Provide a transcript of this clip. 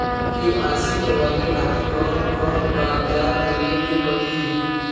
KYC करवावे खातिर कौन कौन कागजात देवे के पड़ी?